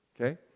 okay